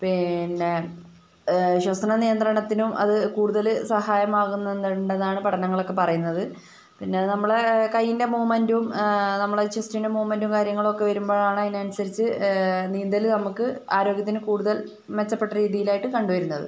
പിന്നെ ശ്വസനനിയന്ത്രണത്തിനും അത് കൂടുതല് സഹായമാകുന്നുണ്ടെന്നാണ് പഠനങ്ങളൊക്കെ പറയുന്നത് പിന്നെ അത് നമ്മളെ കയ്യിൻ്റെ മൂവ്മെൻറ്റും നമ്മളെ ചെസ്റ്റിൻ്റെ മൂവ്മെൻറ്റും കാര്യങ്ങളുമൊക്കെ വരുമ്പൊഴാണ് അതിനനുസരിച്ച് നീന്തല് നമുക്ക് ആരോഗ്യത്തിന് കൂടുതൽ മെച്ചപ്പെട്ട രീതിയിലായിട്ട് കണ്ടുവരുന്നത്